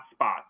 hotspots